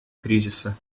кризиса